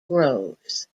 groves